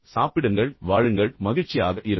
சாப்பிடுங்கள் வாழுங்கள் மகிழ்ச்சியாக இருங்கள்